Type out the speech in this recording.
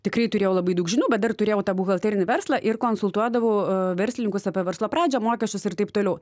tikrai turėjau labai daug žinių bet dar turėjau tą buhalterinį verslą ir konsultuodavau verslininkus apie verslo pradžią mokesčius ir taip toliau